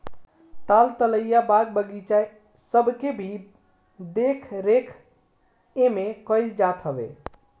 ताल तलैया, बाग बगीचा सबके भी देख रेख एमे कईल जात हवे